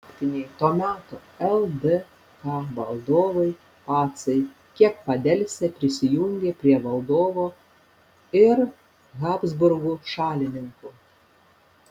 faktiniai to meto ldk valdovai pacai kiek padelsę prisijungė prie valdovo ir habsburgų šalininkų